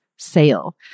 Sale